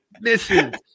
Listen